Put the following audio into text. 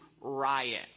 riot